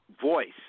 voice